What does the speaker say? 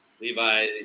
Levi